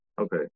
Okay